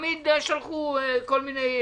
תמיד שלחו כל מיני